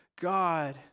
God